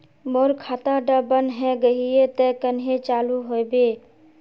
मोर खाता डा बन है गहिये ते कन्हे चालू हैबे?